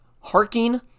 harking